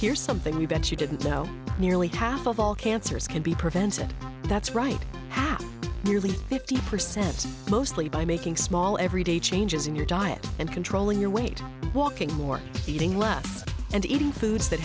here something we bet you didn't know nearly half of all cancers can be prevented that's right half nearly fifty percent mostly by making small everyday changes in your diet and controlling your weight walking more eating less and eating foods that